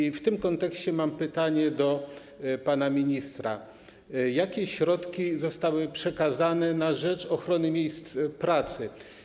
I w tym kontekście mam pytanie do pana ministra: Jakie środki zostały przekazane na rzecz ochrony miejsc pracy?